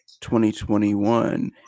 2021